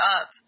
up